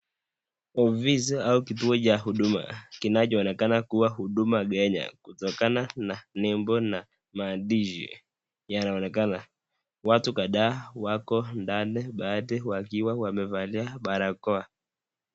Ofisi au kituo cha huduma kinachoonekana kuwa huduma Kenya kutokana na nembo na maandishi yanaonekana. Watu kadhaa wako ndani baadhi wakiwa wamevalia barakoa.